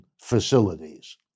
facilities